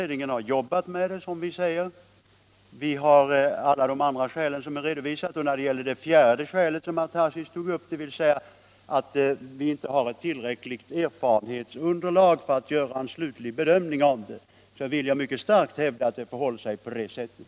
Vi nämner att utredningen om den kommunala demokratin har jobbat med frågan, och vi redovisar också många ändra skäl. Det fjärde skäl som herr Tarschys tog upp var att vi inte har tillräckligt erfarenhetsunderlag för att göra en slutlig bedömning, och jag vill mycket starkt hävda att det förhåller sig på det sättet.